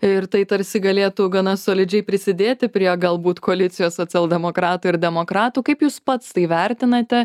ir tai tarsi galėtų gana solidžiai prisidėti prie galbūt koalicijos socialdemokratų ir demokratų kaip jūs pats tai vertinate